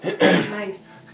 Nice